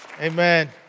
Amen